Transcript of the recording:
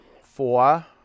Four